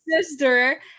sister